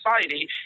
society